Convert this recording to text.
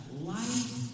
life